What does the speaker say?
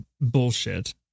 bullshit